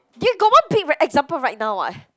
give got one big example right now what